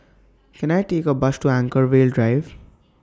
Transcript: Can I Take A Bus to Anchorvale Drive